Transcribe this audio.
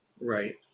Right